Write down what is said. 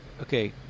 okay